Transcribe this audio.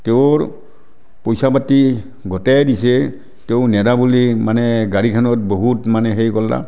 তেওঁৰ পইচা পাতি গোটেই দিছে তেওঁ নেদা বুলি মানে গাড়ীখনত বহুত মানে হেৰি কৰলাক